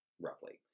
roughly